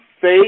faith